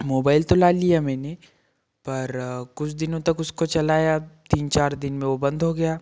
mobile तो ला लिया मैंने पर कुछ दिनों तक उसको चलाया तीन चार दिन में वो बंद हो गया